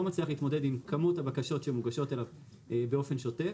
לא מצליח להתמודד עם כמות הבקשות שמוגשות אליו באופן שוטף